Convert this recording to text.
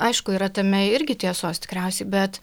aišku yra tame irgi tiesos tikriausiai bet